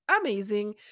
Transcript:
amazing